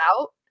out